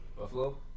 Buffalo